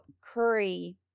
Curry